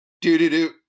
Do-do-do